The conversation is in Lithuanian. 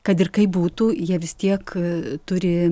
kad ir kaip būtų jie vis tiek turi